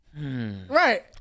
right